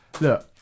Look